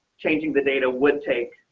changing the data would take,